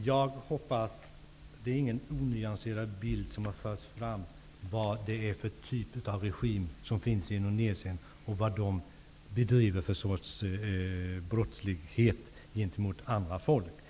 Fru talman! Det är ingen onyanserad bild som har förts fram när det gäller vilken typ av regim som finns i Indonesien och vad den bedriver för sorts brottslighet gentemot andra folk.